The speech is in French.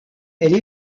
elle